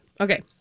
Okay